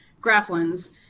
grasslands